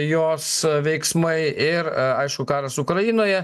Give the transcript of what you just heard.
jos veiksmai ir aišku karas ukrainoje